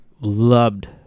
loved